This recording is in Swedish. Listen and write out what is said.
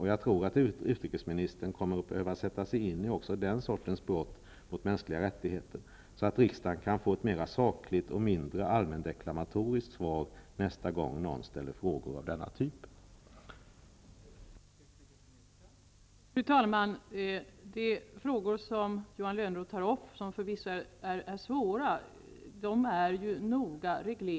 Jag tror att utrikesministern kommer att behöva sätta sig in också i frågor som gäller den sortens brott mot mänskliga rättigheter, så att riksdagen kan få ett mera sakligt och ett mindre allmändeklamatoriskt svar nästa gång frågor av denna typ ställs.